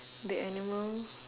the animal